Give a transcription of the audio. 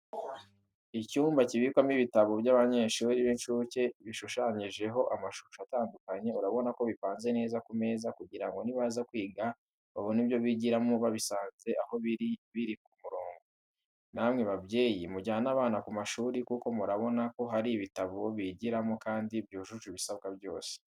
Icyumba kibikwamo ibitabo byabanyeshuri b'incuke bishushanyijeho amashusho atandukanye, urabona ko bipanze neza ku meza kugira ngo nibaza kwiga babone ibyo bigiramo babisanze aho biri biri ku murongo. Namwe babyeyi mujyane abana ku mashuri kuko murabona ko hari bitabo bigiramo kandi byujuje ibisabwa byose.